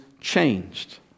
changed